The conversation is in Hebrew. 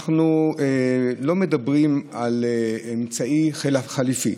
אנחנו לא מדברים על אמצעי חליפי,